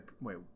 Wait